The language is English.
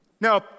Now